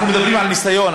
אנחנו מדברים על ניסיון,